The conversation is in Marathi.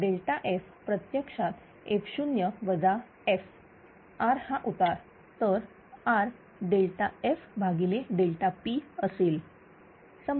तर F प्रत्यक्षात f0 f R हा उतार तर R FPअसेल